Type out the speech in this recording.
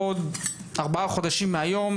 בעוד ארבעה חודשים מהיום,